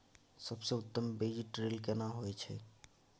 सबसे उत्तम बीज ड्रिल केना होए छै?